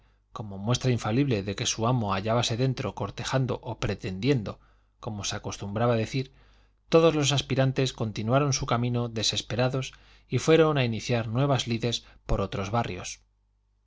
como muestra infalible de que su amo hallábase dentro cortejando o pretendiendo como se acostumbraba decir todos los aspirantes continuaron su camino desesperados y fueron a iniciar nuevas lides por otros barrios